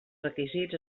requisits